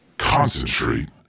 Concentrate